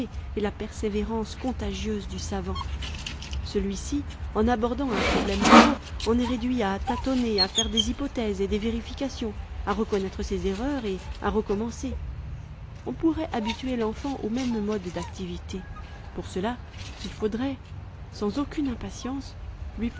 et la persévérance contagieuses du savant celui-ci en abordant un problème nouveau en est réduit à tâtonner à faire des hypothèses et des vérifications à reconnaître ses erreurs et à recommencer on pourrait habituer l'enfant au même mode d'activité pour cela il faudrait sans aucune impatience